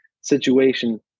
situation